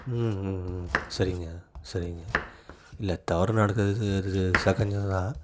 ம் ம் ம் சரிங்க சரிங்க இல்லை தவறு நடக்கிறது இது சகஜம் தான்